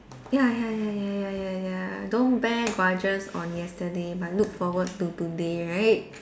ya ya ya ya ya ya ya don't bear grudges on yesterday but look forward to today right